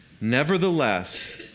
Nevertheless